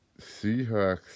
Seahawks